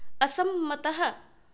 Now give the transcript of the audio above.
असम्मतः